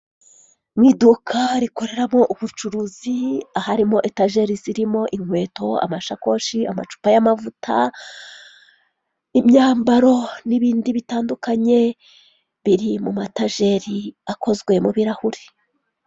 Mu iduka rikoreramo ubucuruzi, harimo etageri zirimo inkweto, amashakoshi, amacupa y'amavuta, imyambaro n'ibindi bitandukanye biri mu matajeri akozwe mu birahuri.